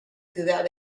ciudad